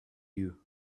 you